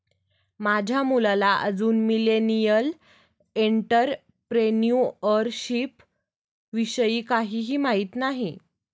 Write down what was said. माझ्या मुलाला अजून मिलेनियल एंटरप्रेन्युअरशिप विषयी काहीही माहित नाही